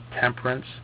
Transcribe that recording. temperance